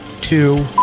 two